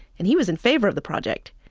and he was in favor of the project.